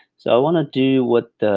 so i wanna do what